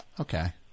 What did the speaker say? Okay